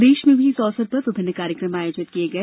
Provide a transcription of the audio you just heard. प्रदेश में भी इस अवसर पर विभिन्न कार्यक्रम आयोजित किये गए